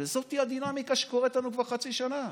זאת הדינמיקה שקורית לנו כבר חצי שנה.